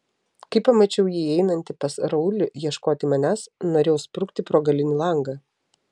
kai pamačiau jį įeinantį pas raulį ieškoti manęs norėjau sprukti pro galinį langą